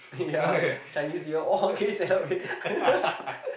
right